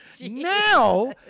now